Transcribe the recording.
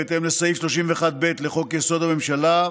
בהתאם לסעיף 31(ב) לחוק-יסוד: הממשלה,